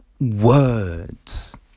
words